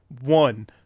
One